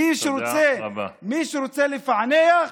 מי שרוצה, מי שרוצה לפענח,